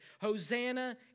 Hosanna